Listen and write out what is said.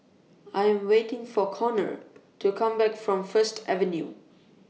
I Am waiting For Conor to Come Back from First Avenue